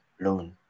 loan